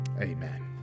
amen